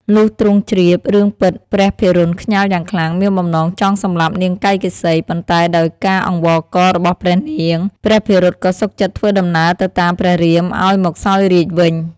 លុះទ្រង់ជ្រាប រឿងពិតព្រះភិរុតខ្ញាល់យ៉ាងខ្លាំង មានបំណងចង់សម្លាប់នាងកៃកេសី ប៉ុន្តែដោយការអង្វករ របស់ព្រះនាង ព្រះភិរុតក៏សុខចិត្តធ្វើដំណើរទៅតាមព្រះរាមឱ្យមកសោយរាជ្យវិញ។